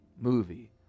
movie